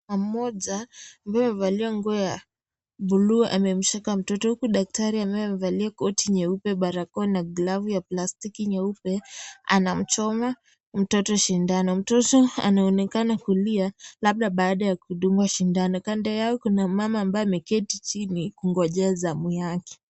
Mama mmoja, ambaye amevalia nguo ya bluu amemshika mtoto, huku daktari amevalia koti nyeupe, barakoa na glavu ya plastiki nyeupe, anamchoma mtoto shindano. Mtoto anaonekana kulia, labda baada ya kudungwa shindano. Kando yao kuna mama ambaye ameketi chini, kungojea zamu yake.